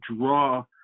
draw